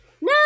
No